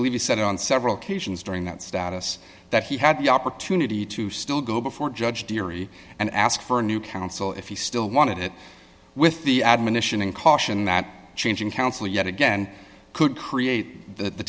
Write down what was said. believe he said on several occasions during that status that he had the opportunity to still go before judge jury and ask for a new counsel if he still wanted it with the admonition and caution that changing counsel yet again could create the